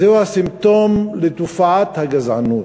זהו הסימפטום לתופעת הגזענות.